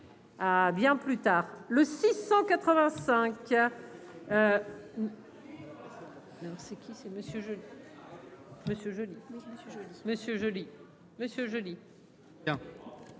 bien plus tard, le 685.